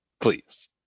please